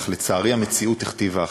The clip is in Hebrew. אך לצערי המציאות הכתיבה אחרת.